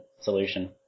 solution